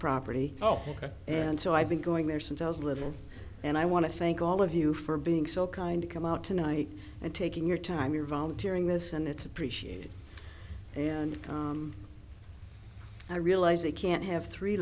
property oh and so i've been going there since i was little and i want to thank all of you for being so kind to come out tonight and taking your time you're volunteering this and it's appreciated and i realize they can't have three